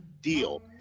deal